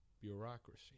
bureaucracy